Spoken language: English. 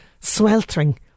sweltering